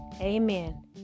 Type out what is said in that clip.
Amen